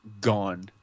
gone